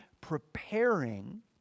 preparing